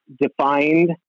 defined